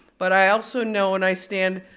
but i also know and i stand,